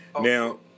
Now